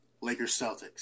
Lakers-Celtics